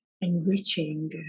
enriching